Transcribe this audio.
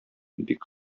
бик